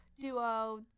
duo